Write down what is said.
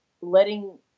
letting